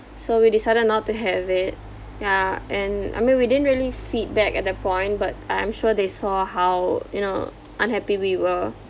so we decided not to have it ya and I mean we didn't really feedback at that point but I'm sure they saw how you know unhappy we were